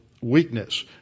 weakness